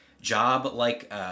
job-like